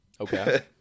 Okay